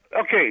Okay